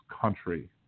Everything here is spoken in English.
country